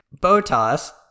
Botas